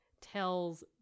tells